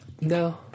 no